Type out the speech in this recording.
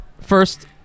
First